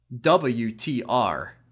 w-t-r